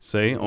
Say